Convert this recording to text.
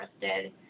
interested